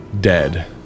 dead